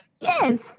Yes